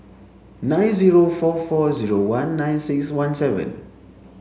nine zero four four zero one nine six one seven